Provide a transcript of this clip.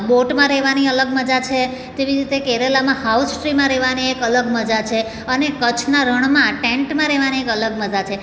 બોટમાં રહેવાની અલગ મજા છે તેવી રીતે કેરલામાં હાઉસ ટ્રીમાં રહેવાની એક અલગ મજા છે અને કચ્છના રણમાં ટેન્ટમાં રહેવાની એક અલગ મજા છે